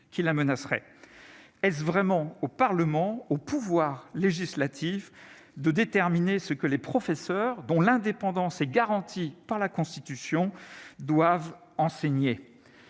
qui la menaceraient est vraiment au Parlement, au pouvoir législatif de déterminer ce que les professeurs dont l'indépendance est garantie par la Constitution doivent enseigner